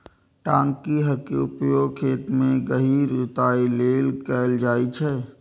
टांकी हर के उपयोग खेत मे गहींर जुताइ लेल कैल जाइ छै